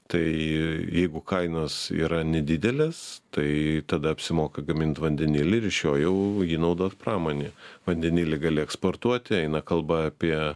tai jeigu kainos yra nedidelės tai tada apsimoka gamint vandenį ir iš jo jau jį naudot pramonėje vandenilį gali eksportuoti eina kalba apie